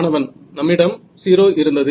மாணவன் நம்மிடம் 0 இருந்தது